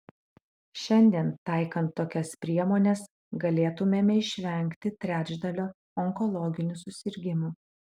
šiandien taikant tokias priemones galėtumėme išvengti trečdalio onkologinių susirgimų